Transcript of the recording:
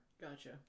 Gotcha